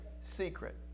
secret